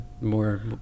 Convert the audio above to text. more